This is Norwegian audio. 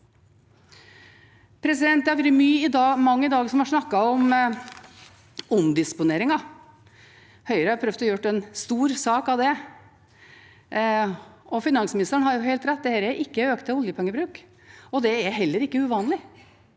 med SV. Det har vært mange i dag som har snakket om omdisponeringer. Høyre har prøvd å gjøre en stor sak av det. Finansministeren har helt rett – dette viser ikke økt oljepengebruk. Det er heller ikke uvanlig.